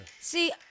See